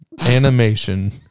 animation